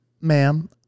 Ma'am